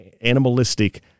animalistic